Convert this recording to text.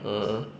(uh huh)